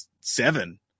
seven